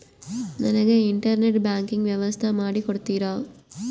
ನನಗೆ internet banking ವ್ಯವಸ್ಥೆ ಮಾಡಿ ಕೊಡ್ತೇರಾ?